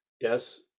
Yes